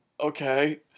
okay